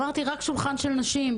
אמרתי רק שולחן של נשים,